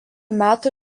metų